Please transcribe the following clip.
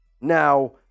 Now